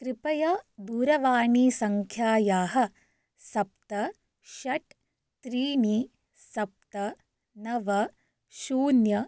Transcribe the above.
कृपया दूरवाणीसङ्ख्यायाः सप्त षट् त्रीणि सप्त नव शून्य